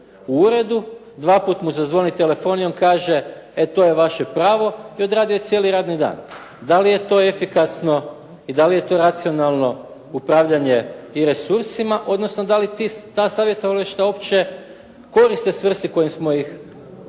u uredu, dvaput mu zazvoni telefon i on kaže e to je vaše pravo i odradio je cijeli radni dan. Da li je to efikasno i da li je to racionalno upravljanje i resursima, odnosno da li ta savjetovališta uopće koriste svrsi koji smo ih postavili